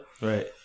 Right